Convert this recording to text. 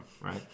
right